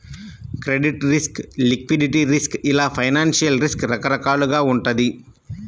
credit risk, liquidity risk ఇలా financial risk రకరకాలుగా వుంటది